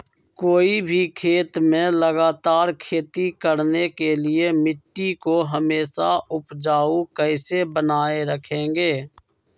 कोई भी खेत में लगातार खेती करने के लिए मिट्टी को हमेसा उपजाऊ कैसे बनाय रखेंगे?